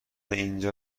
اینجا